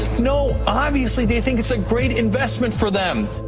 no! obviously they think it's a great investment for them.